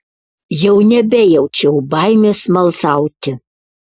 jau nebejaučiau baimės smalsauti